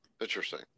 Interesting